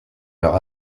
leurs